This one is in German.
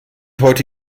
heute